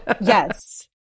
Yes